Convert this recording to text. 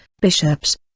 bishops